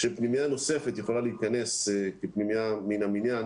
שפנימייה נוספת יכולה להיכנס כפנימייה מן המניין